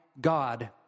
God